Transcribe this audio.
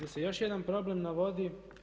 Tu se još jedan problem navodi.